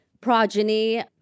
progeny